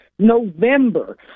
november